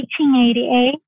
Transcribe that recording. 1888